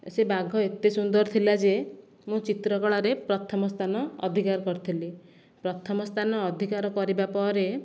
ସେ ବାଘ ଏତେ ସୁନ୍ଦର ଥିଲା ଯେ ମୁଁ ଚିତ୍ରକଳାରେ ପ୍ରଥମ ସ୍ଥାନ ଅଧିକାର କରିଥିଲି ପ୍ରଥମ ସ୍ଥାନ ଅଧିକାର କରିବା ପରେ